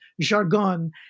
jargon